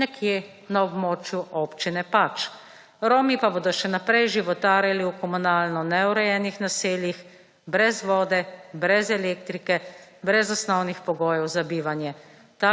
nekje na območju občine / nerazumljivo/ Romi pa bodo še naprej životarili v komunalno neurejenih naseljih brez vode, brez elektrike, brez osnovnih pogojev za bivanje.